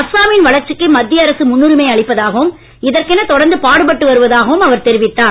அஸ்ஸாமின் வளர்ச்சிக்கு மத்திய அரசு முன்னுரிமை அளிப்பதாகவும் இதற்கென தொடர்ந்து பாடுபட்டு வருவதாகவும் அவர் தெரிவித்தார்